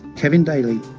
kevin daley,